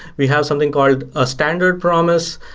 we have something called a standard promise,